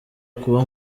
kuba